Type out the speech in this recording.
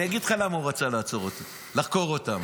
אני אגיד לך למה הוא רצה לעצור, לחקור אותם.